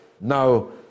now